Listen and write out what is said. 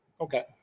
Okay